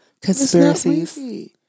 Conspiracies